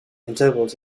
intervals